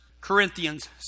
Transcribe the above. Corinthians